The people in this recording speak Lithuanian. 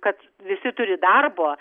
kad visi turi darbo